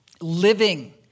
living